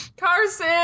Carson